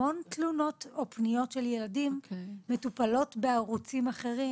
המון תלונות או פניות של ילדים מטופלות בערוצים אחרים,